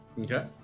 Okay